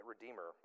Redeemer